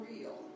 real